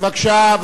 אני מבקש משהו.